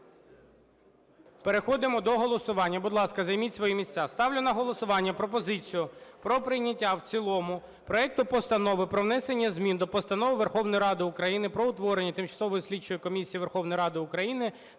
Переходимо до голосування. Будь ласка, займіть свої місця. Ставлю на голосування пропозицію про прийняття в цілому проекту Постанови про внесення змін до Постанови Верховної Ради України "Про утворення Тимчасової слідчої комісії Верховної Ради України